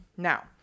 Now